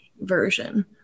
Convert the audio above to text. version